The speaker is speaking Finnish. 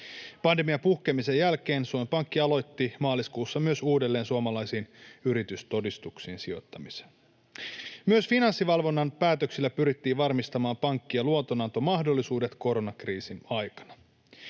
Pandemian puhkeamisen jälkeen Suomen Pankki myös aloitti maaliskuussa uudelleen suomalaisiin yritystodistuksiin sijoittamisen. Myös Finanssivalvonnan päätöksellä pyrittiin varmistamaan pankkien luotonantomahdollisuudet koronakriisin aikana.